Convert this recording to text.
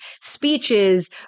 speeches